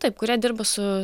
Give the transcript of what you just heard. taip kurie dirba su